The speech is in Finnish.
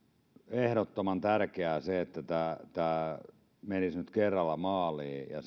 ehdottoman tärkeää että tämä tämä menisi nyt kerralla maaliin ja